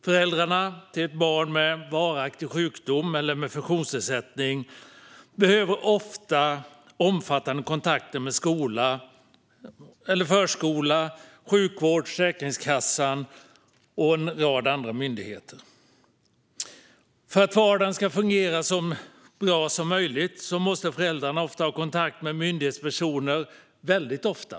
Föräldrarna till ett barn med varaktig sjukdom eller med funktionsnedsättning behöver ofta omfattande kontakter med skola eller förskola, sjukvård, Försäkringskassan och en rad andra myndigheter. För att vardagen ska fungera så bra som möjligt måste föräldrarna många gånger ha kontakt med myndighetspersoner väldigt ofta.